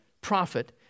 prophet